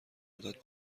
مدت